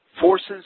forces